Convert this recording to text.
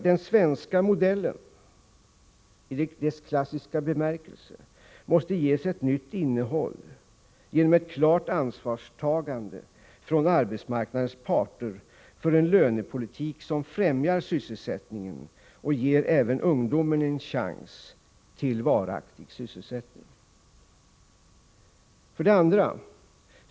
”Den svenska modellen” i dess klassiska bemärkelse måste ges ett nytt innehåll genom ett klart ansvarstagande från arbetsmarknadens parter för en lönepolitik som främjar sysselsättningen och ger även ungdomen en chans till varaktig sysselsättning. 2.